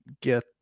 get